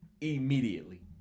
immediately